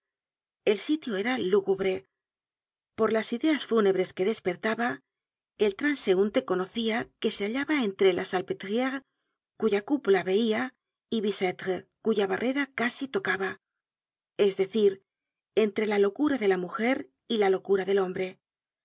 el sitio era lúgubre por las ideas fúnebres que despertaba el transeunte conocia que se hallaba entre la salpetriere cuya cúpula veia y bicetre cuya barrera casi tocaba es decir entre la locura de la mujer y la locura del hombre por lejos que